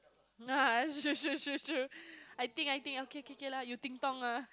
no shoot shoot shoot shoot I think I think okay okay lah you ding dong ah